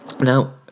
Now